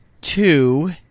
Two